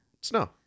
snow